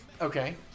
Okay